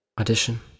audition